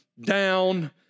down